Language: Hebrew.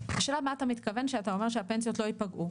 השאלה מה אתה מתכוון כשאתה אומר שהפנסיות לא ייפגעו.